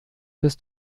bis